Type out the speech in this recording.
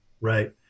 Right